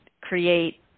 create